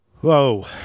Whoa